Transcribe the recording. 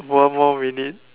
one more minute